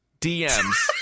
DMs